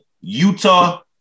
Utah